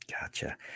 Gotcha